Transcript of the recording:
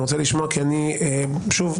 שוב,